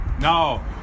No